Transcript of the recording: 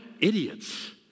idiots